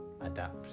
adapt